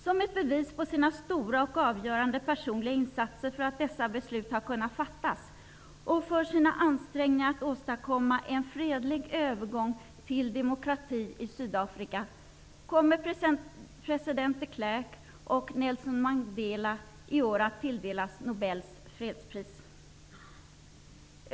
Som ett bevis på sina stora och avgörande personliga insatser för att göra dessa beslut möjliga och för sina ansträngningar att åstadkomma en fredlig övergång till demokrati i Sydafrika kommer president de Klerk och Nelson Mandela i år att tilldelas Nobels fredspris.